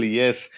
yes